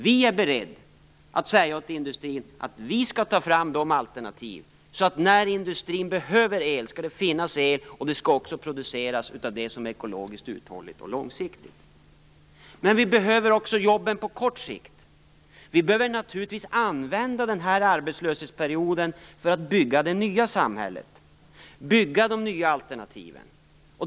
Vi är beredda att säga till industrin att vi skall ta fram alternativen, så att det när industrin behöver el skall finnas el, producerad ekologiskt uthålligt och långsiktigt. Men vi behöver jobb också på kort sikt. Vi behöver naturligtvis använda den rådande arbetslöshetsperioden för att bygga upp det nya samhället och de nya alternativen.